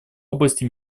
области